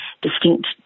distinct